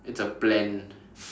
it's a plan